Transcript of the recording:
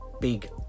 big